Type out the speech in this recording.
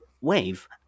wave